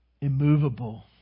immovable